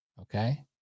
Okay